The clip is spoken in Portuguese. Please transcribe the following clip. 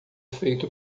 feito